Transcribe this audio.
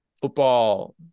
football